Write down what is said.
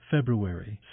February